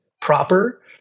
proper